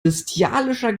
bestialischer